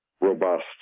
robust